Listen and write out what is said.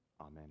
Amen